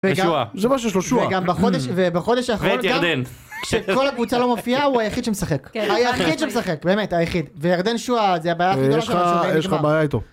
וגם בחודש ובחודש האחרון כשכל הקבוצה לא מופיעה הוא היחיד שמשחק והיחיד שמשחק באמת היחיד וירדן שועה זה הבעיה הכי גדולה שלנו.יש לך בעיה איתו